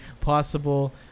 possible